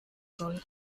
soll